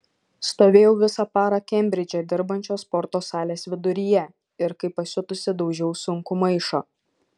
stovėjau visą parą kembridže dirbančios sporto salės viduryje ir kaip pasiutusi daužiau sunkų maišą